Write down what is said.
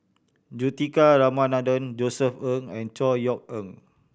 Juthika Ramanathan Josef Ng and Chor Yeok Eng